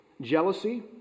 jealousy